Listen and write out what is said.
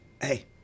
hey